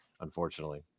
unfortunately